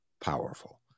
powerful